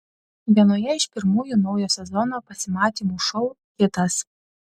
vienoje iš pirmųjų naujo sezono pasimatymų šou kitas